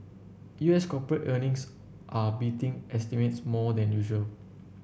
U S corporate earnings are beating estimates more than usual